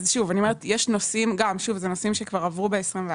שוב, אלה נושאים שכבר עברו ב-2021.